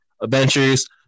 adventures